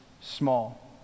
small